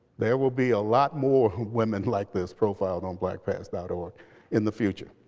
there will be a lot more women like this profiled on blackpast dot org in the future.